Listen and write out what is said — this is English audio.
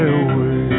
away